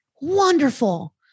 Wonderful